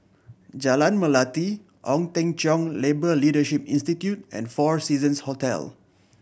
Jalan Melati Ong Teng Cheong Labour Leadership Institute and Four Seasons Hotel